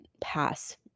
pass